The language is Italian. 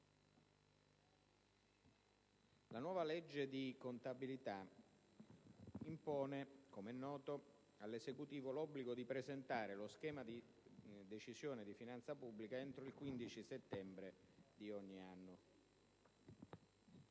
la nuova legge di contabilità impone all'Esecutivo, come è noto, l'obbligo di presentare lo schema di Decisione di finanza pubblica entro il 15 settembre di ogni anno,